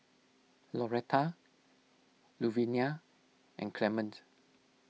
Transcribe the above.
Loretta Luvinia and Clement